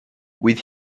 with